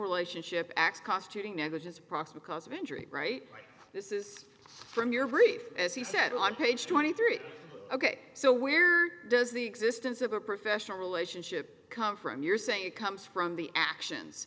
proximate cause of injury right this is from your brief as he said on page twenty three ok so where does the existence of a professional relationship come from you're saying it comes from the actions